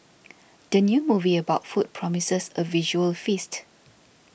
the new movie about food promises a visual feast